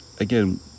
again